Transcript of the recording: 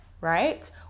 right